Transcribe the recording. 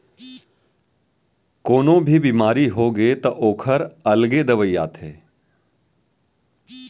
कोनो भी बेमारी होगे त ओखर अलगे दवई आथे